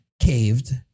caved